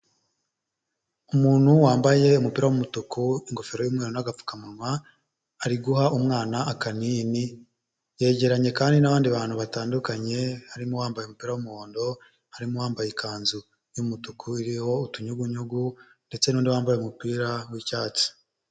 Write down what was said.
Umuntu wambaye umupira w'umutuku, ingofero y'umweru n'agapfukamunwa, ari guha umwana akanini, yegeranye kandi n'abandi bantu batandukanye, harimo uwambaye umupira w'umuhondo, harimo uwambaye ikanzu y'umutuku iriho utunyugunyugu, ndetse n'undi wambaye umupira w'icyatsi.